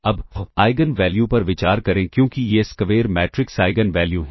अब eigenvalue पर विचार करें क्योंकि ये स्क्वेर मैट्रिक्स आइगन वैल्यू हैं